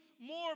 more